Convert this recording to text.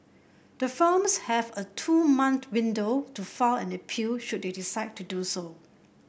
the firms have a two month window to file an appeal should they decide to do so